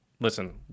listen